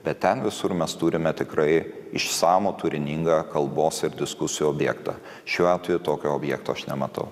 bet ten visur mes turime tikrai išsamų turiningą kalbos ir diskusijų objektą šiuo atveju tokio objekto aš nematau